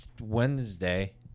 Wednesday